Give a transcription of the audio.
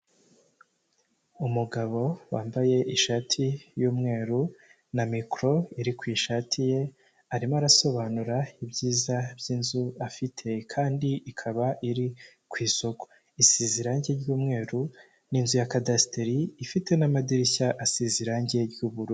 Umugabo wambaye ishati y'umweru na mikoro iri ku ishati ye arimo arasobanura ibyiza by'inzu afite kandi ikaba iri ku isoko isize irange ry'umweru ni inzu ya kadasiteri ifite n'amadirishya asize irange ry'ubururu.